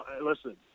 Listen